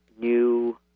new